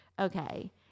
Okay